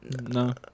no